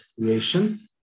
creation